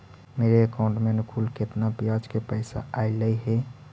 मेरे अकाउंट में अनुकुल केतना बियाज के पैसा अलैयहे?